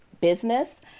business